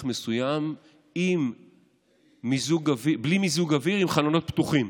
מסוים בלי מיזוג אוויר ועם חלונות פתוחים.